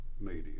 media